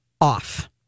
off